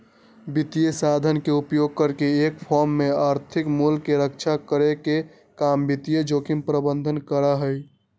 वित्तीय साधन के उपयोग करके एक फर्म में आर्थिक मूल्य के रक्षा करे के काम वित्तीय जोखिम प्रबंधन करा हई